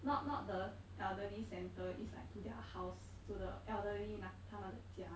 not not the elderly centre is like to their house to the elderly 那他们的家